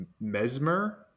mesmer